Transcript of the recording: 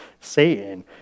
satan